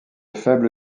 faible